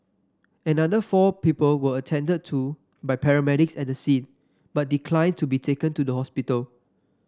another four people were attended to by paramedics at the scene but declined to be taken to the hospital